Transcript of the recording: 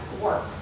work